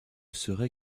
serai